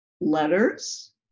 Letters